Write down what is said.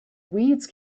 weeds